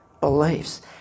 beliefs